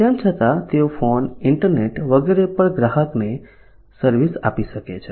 તેમ છતાં તેઓ ફોન ઇન્ટરનેટ વગેરે પર ગ્રાહકને સર્વિસ આપી શકે છે